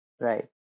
Right